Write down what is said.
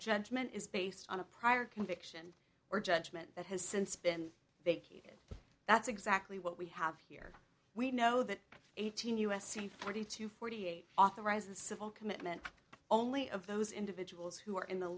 judgment is based on a prior conviction or judgment that has since been vacated that's exactly what we have here we know that eighteen u s c forty two forty eight authorized the civil commitment only of those individuals who are in the